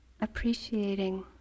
Appreciating